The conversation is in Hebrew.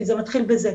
כי זה מתחיל בזה.